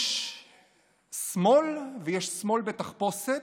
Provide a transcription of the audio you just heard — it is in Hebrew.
"יש שמאל, ויש שמאל בתחפושת"